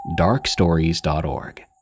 darkstories.org